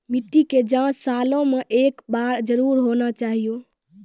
मिट्टी के जाँच सालों मे एक बार जरूर होना चाहियो?